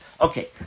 Okay